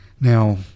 Now